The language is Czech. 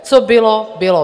Co bylo, bylo.